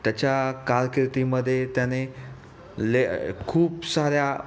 त्याच्या कारकिर्दीमध्ये त्याने ले खूप सार्या